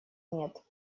нет